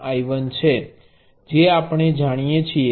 જે આપણે જાણીએ છીએ